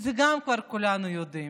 גם את זה כבר כולנו יודעים.